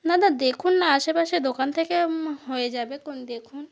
দাদা দেখুন না আশেপাশে দোকান থেকে হয়ে যাবে কোন দেখুন